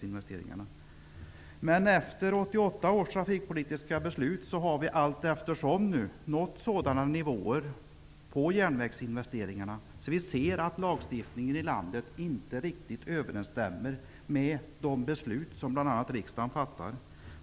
Men efter 1988 års trafikpolitiska beslut har järnvägsinvesteringarna allteftersom nått sådana nivåer att man kan se att lagstiftningen i landet inte riktigt överensstämmer med de beslut som bl.a. riksdagen fattar.